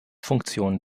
funktionen